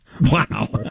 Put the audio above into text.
Wow